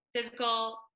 physical